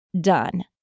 done